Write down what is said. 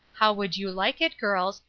how would you like it, girls,